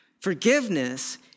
Forgiveness